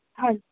ਹਾਂਜੀ